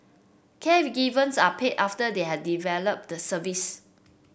are paid after they have developed the service